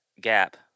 gap